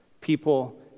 people